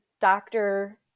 doctor